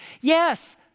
Yes